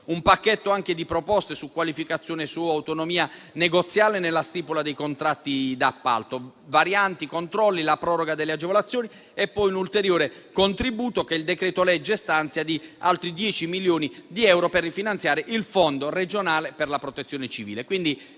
un pacchetto di proposte su qualificazione e su autonomia negoziale nella stipula dei contratti d'appalto, varianti, controlli, la proroga delle agevolazioni e poi l'ulteriore contributo che il decreto-legge stanzia di 10 milioni di euro per rifinanziare il fondo regionale per la protezione civile.